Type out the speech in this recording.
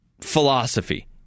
philosophy